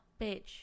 bitch